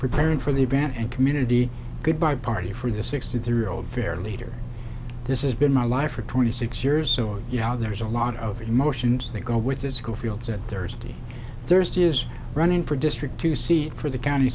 preparing for the event and community goodbye party for the sixty three year old fair leader this is been my life for twenty six years so yeah there's a lot of emotions that go with that school fields at thursday thursday is running for district two seed for the county